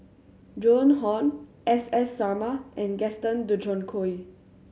Joan Hon S S Sarma and Gaston Dutronquoy